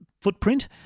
footprint